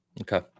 Okay